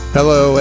Hello